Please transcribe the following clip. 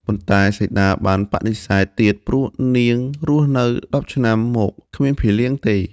ប៉ុន្តែសីតា បានបដិសេធទៀតព្រោះនាងរស់នៅ១០ឆ្នាំមកគ្មានភីលៀងទេ។